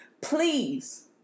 please